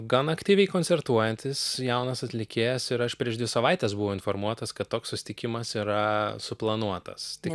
gan aktyviai koncertuojantis jaunas atlikėjas ir aš prieš dvi savaites buvau informuotas kad toks susitikimas yra suplanuotas tik